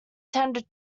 tendered